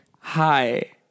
Hi